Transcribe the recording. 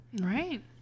Right